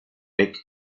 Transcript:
beck